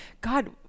God